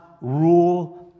rule